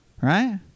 Right